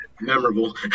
memorable